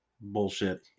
Bullshit